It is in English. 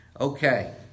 Okay